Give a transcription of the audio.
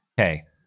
Okay